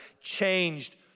changed